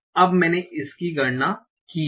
अब मैंने इसकी गणना की है